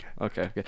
okay